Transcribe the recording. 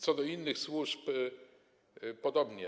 Co do innych służb podobnie.